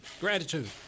gratitude